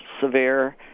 severe